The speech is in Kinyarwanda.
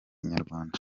nyarwanda